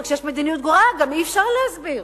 וכשיש מדיניות גרועה גם אי-אפשר להסביר.